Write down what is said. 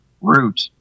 root